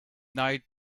night